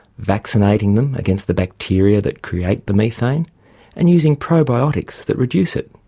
vaccinating them against the bacteria that create the methane and using probiotics that reduce it.